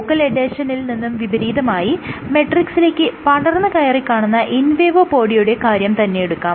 focal എഡ്ഹെഷനിൽ നിന്നും വിപരീതമായി മെട്രിക്സിലേക്ക് പടർന്നു കയറി കാണുന്ന ഇൻവേഡോപോഡിയയുടെ കാര്യം തന്നെ എടുക്കാം